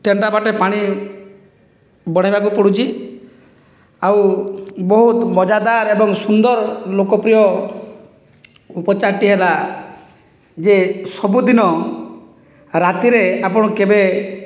ତେଣ୍ଡା ବାଟେ ପାଣି ବଢ଼ାଇବାକୁ ପଡ଼ୁଛି ଆଉ ବହୁତ ମଜାଦାର ଏବଂ ସୁନ୍ଦର ଲୋକପ୍ରିୟ ଉପଚାରଟିଏ ହେଲା ଯେ ସବୁଦିନ ରାତିରେ ଆପଣ କେବେ